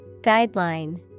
Guideline